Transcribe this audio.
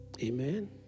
Amen